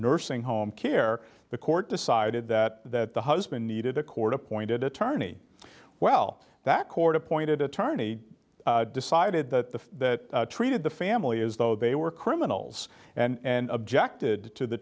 nursing home care the court decided that the husband needed a court appointed attorney well that court appointed attorney decided that the that treated the family as though they were criminals and objected to the